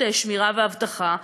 שמירה ואבטחה,